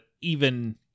even-